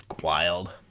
Wild